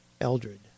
Eldred